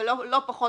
ולא פחות